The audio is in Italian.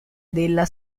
della